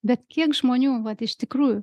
bet kiek žmonių vat iš tikrųjų